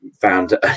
found